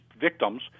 victims